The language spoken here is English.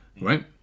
Right